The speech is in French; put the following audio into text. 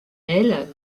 elle